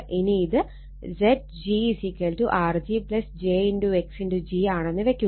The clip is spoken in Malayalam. ഇനി ഇത് Zg Rg jxg ആണെന്ന് വെക്കുക